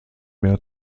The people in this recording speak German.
mehr